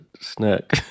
snack